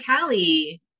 callie